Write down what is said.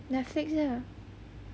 netflix lah